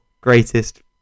greatest